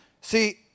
See